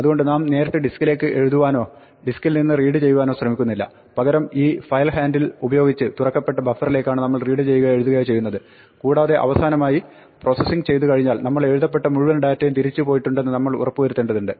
അതുകൊണ്ട് നാം നേരിട്ട് ഡിസ്ക്കിലേക്ക് എഴുതുവാനോ ഡിസ്ക്കിൽ നിന്ന് റീഡ് ചെയ്യുവാനോ ശ്രമിക്കുന്നില്ല പകരം ഈ ഈ ഫയൽ ഹാൻഡിൽ ഉപയോഗിച്ച് തുറക്കപ്പെട്ട ബഫറിലേക്കാണ് നമ്മൾ റീഡ് ചെയ്യുകയോ എഴുതുകയോ ചെയ്യുന്നത് കൂടാതെ അവസാനമായി പ്രോസസിംഗ് ചെയ്തു കഴിഞ്ഞാൽ നമ്മൾ എഴുതപ്പെട്ട മുഴുവൻ ഡാറ്റയും തിരിച്ചു പോയിട്ടുണ്ടെന്ന് നമ്മൾ ഉറപ്പ് വരുത്തേണ്ടതുണ്ട്